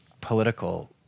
political